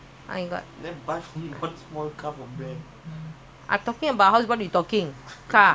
to buy a house first must change lah if not from there